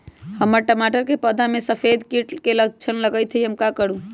हमर टमाटर के पौधा में सफेद सफेद कीट के लक्षण लगई थई हम का करू?